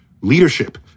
leadership